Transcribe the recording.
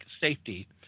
safety